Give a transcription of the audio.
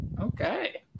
Okay